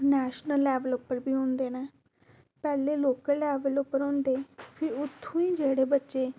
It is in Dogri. नैशनल लेवल उप्पर बी होंदे न पैह्ले लोकल लैवल उप्पर होंदे फिर उत्थूं ई जेह्ड़े बच्चे